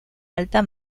alta